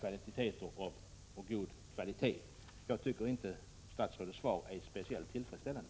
kvantiteter frukt av god kvalitet. Jag tycker inte statsrådets svar är tillfredsställande.